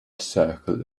circle